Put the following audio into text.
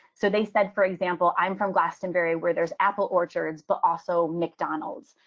so they said, for example, i'm from glastonbury where there's apple orchards, but also mcdonald's.